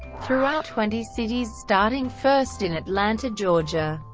throughout twenty cities starting first in atlanta, georgia.